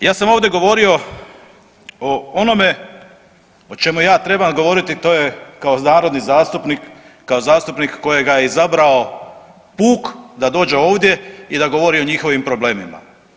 Ja sam ovdje govorio o onome o čemu ja trebam govoriti to je kao narodni zastupnik, kao zastupnik kojega je izabrao puk da dođe ovdje i da govori o njihovim problemima.